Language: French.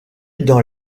dans